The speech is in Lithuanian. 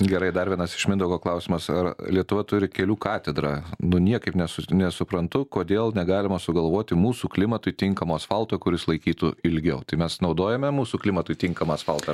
gerai dar vienas iš mindaugo klausimas ar lietuva turi kelių katedrą nu niekaip nesus nesuprantu kodėl negalima sugalvoti mūsų klimatui tinkamo asfalto kuris laikytų ilgiau tai mes naudojame mūsų klimatui tinkamą asfaltą